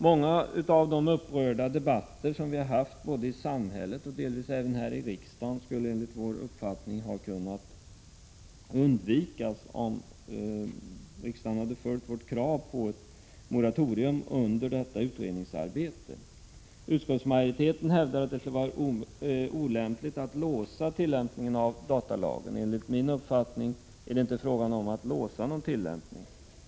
Många av de upprörda debatter vi haft både i samhället och delvis här i riksdagen skulle enligt vår uppfattning ha kunnat undvikas om riksdagen hade följt vårt krav på moratorium under detta utredningsarbete. Utskottsmajoriteten har hävdat att det skulle vara olämpligt att låsa tillämpningen av datalagen. Enligt min uppfattning är det inte fråga om att låsa någon tillämpning.